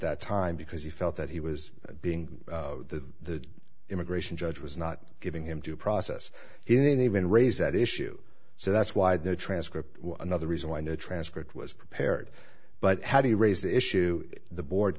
that time because he felt that he was being the immigration judge was not giving him due process in even raise that issue so that's why the transcript another reason why no transcript was prepared but how do you raise the issue the board